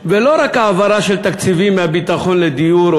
ולא רק העברה של תקציבים מהביטחון לדיור,